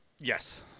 Yes